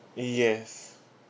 yes